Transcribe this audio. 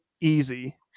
easy